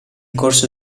corso